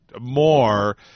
more